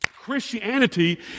Christianity